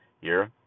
year